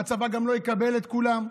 הצבא גם לא יקבל את כולם.